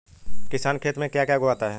किसान खेत में क्या क्या उगाता है?